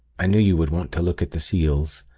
i knew you would want to look at the seals,